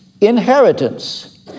inheritance